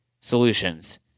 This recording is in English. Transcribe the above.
solutions